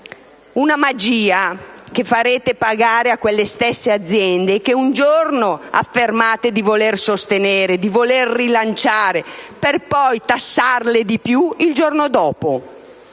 Una magia che farete pagare a quelle stesse aziende che un giorno affermata di voler sostenere, di voler rilanciare, per poi tassarle di più il giorno dopo.